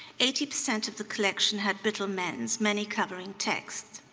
eighty percent of the collection had brittle mends, many covering text.